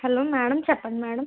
hello madam చెప్పండి madam